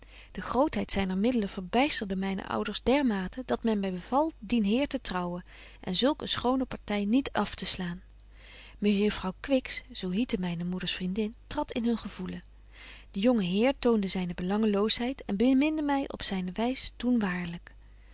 de grootheid zyner middelen verbysterde myne ouders dermate dat men my beval dien heer te trouwen en zulk een schone party niet afteslaan mejuffrouw kwiks zo hiette myne moeders vriendin tradt in hun gevoelen de jonge heer toonde zyne belangeloosheid en beminde my op zyne wys toen waarlyk